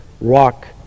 rock